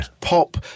Pop